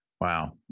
Wow